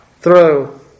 throw